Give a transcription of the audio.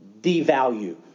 devalue